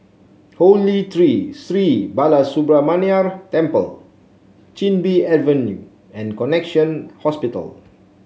Holy Tree Sri Balasubramaniar Temple Chin Bee Avenue and Connexion Hospital